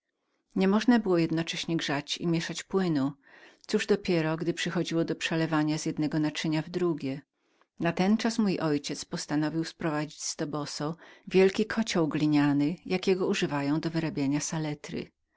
nie można było razem grzać i mięszać płynu cóż dopiero gdy przychodziło do przelewania z jednego naczynia w drugie natenczas mój ojciec postanowił kazać sprowadzić z toboso wielki kocioł gliniany jakich używają do wyrabiania saletry